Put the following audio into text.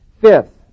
Fifth